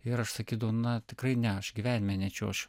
ir aš sakydavau na tikrai ne aš gyvenime nečiuoš